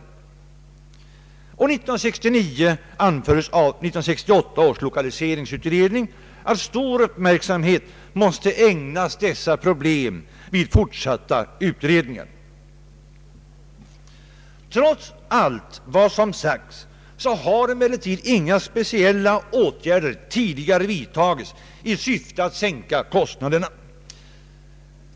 År 1969 anfördes av 1968 års lokaliseringsutredning att stor uppmärksamhet måste ägnas dessa problem vid fortsatta utredningar. Trots allt vad som sagts har emellertid inga speciella åtgärder tidigare vidtagits i syfte att sänka kostnaderna.